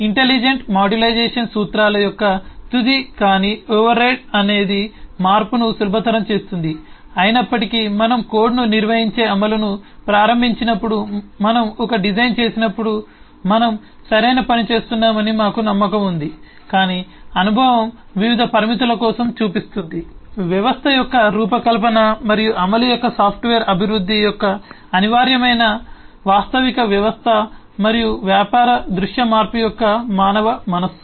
intelligent modularisation సూత్రాల యొక్క తుది కానీ ఓవర్రైడ్ అనేది మార్పును సులభతరం చేస్తుంది అయినప్పటికీ మనం కోడ్ను నిర్వహించే అమలులను ప్రారంభించినప్పుడు మనం ఒక డిజైన్ చేసినప్పుడు మనం సరైన పని చేస్తున్నామని మాకు నమ్మకం ఉంది కానీ అనుభవం వివిధ పరిమితుల కోసం చూపిస్తుంది వ్యవస్థ యొక్క రూపకల్పన మరియు అమలు యొక్క సాఫ్ట్వేర్ అభివృద్ధి యొక్క అనివార్యమైన వాస్తవికత వ్యవస్థ మరియు వ్యాపార దృశ్య మార్పు యొక్క మానవ మనస్సు